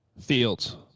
Fields